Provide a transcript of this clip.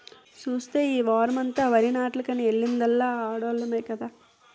సూస్తే ఈ వోరమంతా వరినాట్లకని ఎల్లిందల్లా ఆడోల్లమే కదా